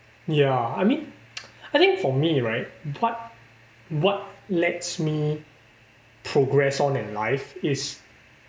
ya I mean I think for me right what what lets me progress on in life is